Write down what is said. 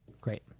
Great